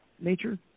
nature